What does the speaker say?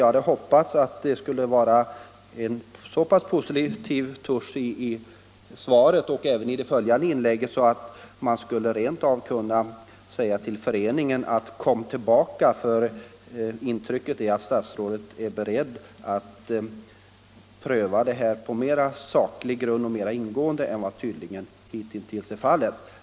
Jag hade hoppats att det skulle vara en så pass positiv touche i svaret och även i det följande inlägget att man rent av skulle kunna säga till föreningen: Kom tillbaka, för statsrådet är beredd att pröva frågan på mera sakliga grunder och mera ingående än hittills tydligen varit fallet.